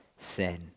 sin